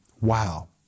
Wow